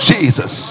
Jesus